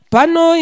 Pano